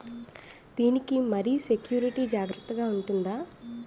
దీని కి మరి సెక్యూరిటీ జాగ్రత్తగా ఉంటుందా?